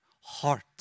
heart